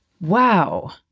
wow